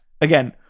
again